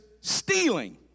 stealing